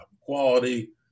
quality